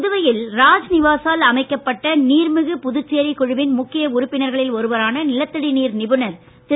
புதுவையில் ராஜ்நிவாசால் அமைக்கப்பட்ட நீர்மிகு புதுச்சேரி குழுவின் முக்கிய உறுப்பினர்களில் ஒருவரான நிலத்தடி நீர் நிபுணர் திரு